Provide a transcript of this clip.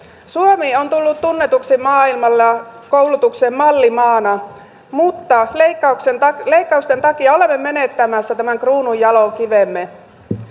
suomi on tullut tunnetuksi maailmalla koulutuksen mallimaana mutta leikkausten takia olemme menettämässä tämän kruununjalokivemme